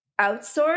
outsource